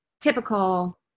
typical